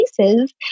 places